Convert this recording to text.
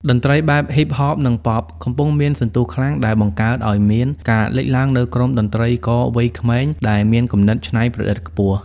តន្ត្រីបែប Hip-Hop និង Pop កំពុងមានសន្ទុះខ្លាំង ដែលបង្កើតឱ្យមានការលេចឡើងនូវក្រុមតន្ត្រីករវ័យក្មេងដែលមានគំនិតច្នៃប្រឌិតខ្ពស់។